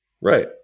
right